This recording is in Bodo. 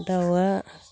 दाउआ